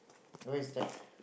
who is that